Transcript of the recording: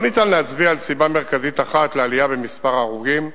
1. לא ניתן להצביע על סיבה מרכזית אחת לעלייה במספר ההרוגים.